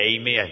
Amen